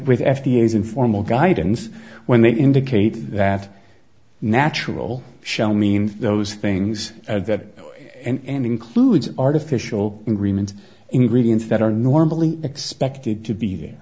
with f d a as informal guidance when they indicate that natural shall mean those things at that and includes artificial ingredient ingredients that are normally expected to be there